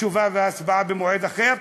תשובה והצבעה במועד אחר,